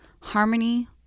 harmony